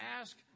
ask